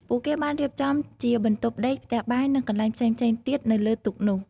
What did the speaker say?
ពួកគេបានរៀបចំជាបន្ទប់ដេក ផ្ទះបាយ និងកន្លែងផ្សេងៗទៀតនៅលើទូកនោះ។